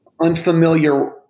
unfamiliar